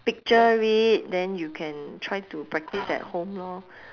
picture it then you can try to practise at home lor